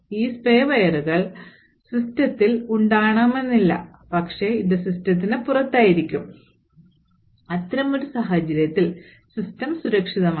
ഈ സ്പൈ വെയറുകൾ സിസ്റ്റത്തിൽ ഉണ്ടാകണമെന്നില്ല പക്ഷേ ഇത് സിസ്റ്റത്തിന് പുറത്തായിരിക്കും അത്തരമൊരു സാഹചര്യത്തിൽ സിസ്റ്റം സുരക്ഷിതമാണ്